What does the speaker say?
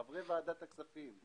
חברי ועדת הכספים,